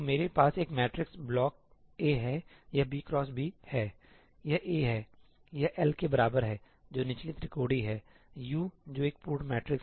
तो मेरे पास एक मैट्रिक्स ब्लॉक A है यह b x b है यह A है यह L के बराबर है जो निचली त्रिकोणीय है U जो एक पूर्ण मैट्रिक्स है